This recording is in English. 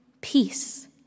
peace